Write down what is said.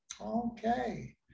Okay